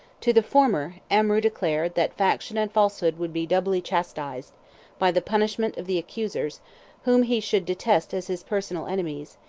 to the former, amrou declared, that faction and falsehood would be doubly chastised by the punishment of the accusers whom he should detest as his personal enemies,